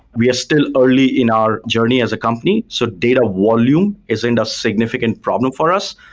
we are still early in our journey as a company, so data volume is and a significant problem for us.